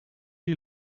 die